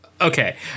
okay